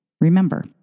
Remember